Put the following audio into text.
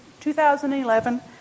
2011